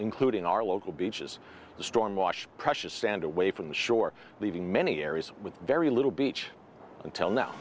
including our local beaches the storm washed precious sand away from the shore leaving many areas with very little beach until now